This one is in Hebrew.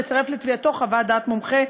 לצרף לתביעתו חוות דעת מומחה,